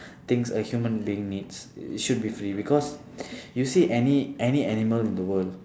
things a human being needs should be free because you see any any animal in the world